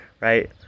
right